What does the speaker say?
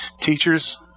Teachers